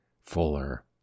fuller